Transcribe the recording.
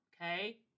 Okay